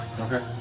Okay